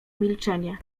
milczenie